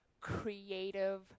creative